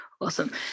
Awesome